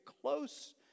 close